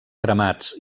cremats